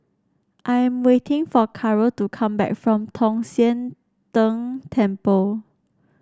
I am waiting for Caro to come back from Tong Sian Tng Temple